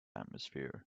atmosphere